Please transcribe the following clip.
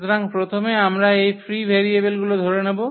সুতরাং প্রথমে আমরা এই ফ্রি ভেরিয়েবলগুলি ধরে নেব